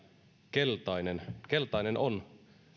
keltainen keltainen on